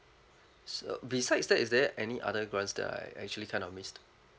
so besides that is there any other grants that I actually kind of missed